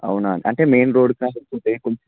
అవునా అంటే మెయిన్ రోడ్కా లేకుంటే కొంచెం